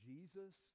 Jesus